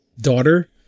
daughter